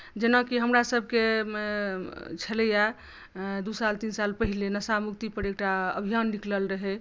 जेनाकि हमरासभके छलैए दू साल तीन साल पहिने नशा मुक्तिपर एकटा अभियान निकलल रहय